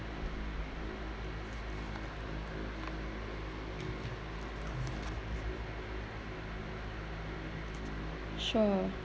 sure